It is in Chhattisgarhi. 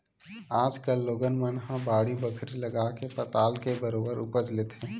आज कल लोगन मन ह बाड़ी बखरी लगाके पताल के बरोबर उपज लेथे